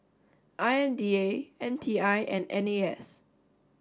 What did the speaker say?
I M D A M T I and N A S